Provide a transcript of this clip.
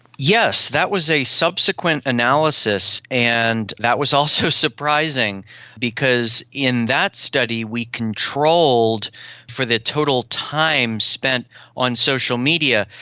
yes, that was a subsequent analysis and that was also surprising because in that study we controlled for the total time spent on social media.